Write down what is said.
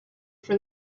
for